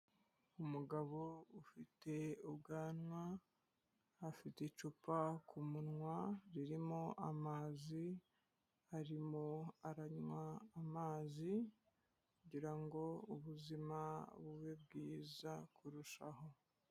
Umugabo ufite ubwanwa, afite icupa ku munwa ririmo amazi, arimo aranywa amazi kugira ngo ubuzima bube bwiza kurushaho.